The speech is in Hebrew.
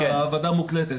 והוועדה מוקלטת,